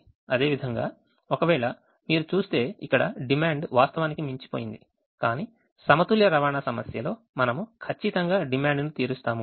అదేవిధంగా ఒకవేళ మీరు చూస్తే ఇక్కడ డిమాండ్ వాస్తవానికి మించిపోయింది కానీ సమతుల్య రవాణా సమస్యలో మనము ఖచ్చితంగా డిమాండ్ను తీరుస్తాము